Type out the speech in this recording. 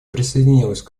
присоединилась